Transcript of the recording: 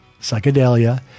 psychedelia